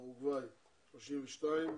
פרגוואי 32,